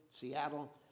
Seattle